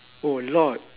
oh a lot